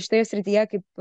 šitoje srityje kaip